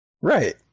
Right